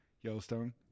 Yellowstone